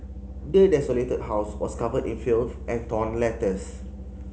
the desolated house was covered in filth and torn letters